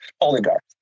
oligarch